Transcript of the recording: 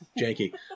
Janky